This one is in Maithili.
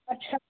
अच्छा